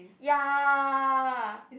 ya